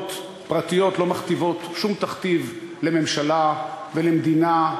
חברות פרטיות לא מכתיבות שום תכתיב לממשלה ולמדינה.